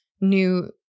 new